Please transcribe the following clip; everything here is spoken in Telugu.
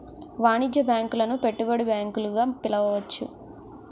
వాణిజ్య బ్యాంకులను పెట్టుబడి బ్యాంకులు గా పిలవచ్చు